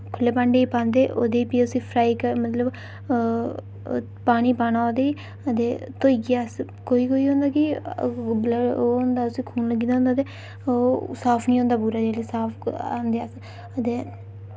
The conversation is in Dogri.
खु'ल्ले भांडे ई पांदे ओह्दे फ्ही उसी फ्राई मतलब पानी पाना उदे ई ते धोइयै अस कोई कोई होंदा कि ब्ल ओ होंदा उसी खून लग्गी दा होंदा ते ओह् साफ निं होंदा पूरा जिल्लै साफ क आंदे अस ते